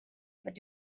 but